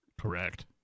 Correct